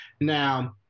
Now